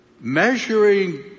measuring